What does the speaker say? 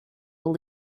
will